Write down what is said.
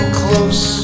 close